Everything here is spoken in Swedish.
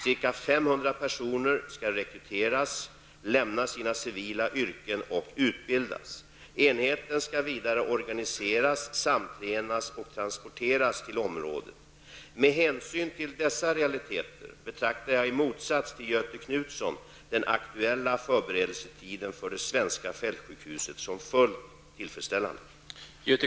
Ca 500 personer skall rekryteras, lämna sina civila yrken och utbildas. Enheten skall vidare organiseras, samtränas och transporteras till området. Med hänsyn till dessa realiteter betraktar jag i motsats till Göthe Knutson den aktuella förberedelsetiden för det svenska fältsjukhuset som fullt tillfredsställande.